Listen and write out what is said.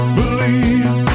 believe